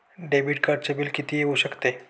Debit कार्डचे bill किती येऊ शकते?